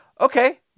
Okay